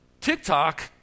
TikTok